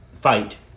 fight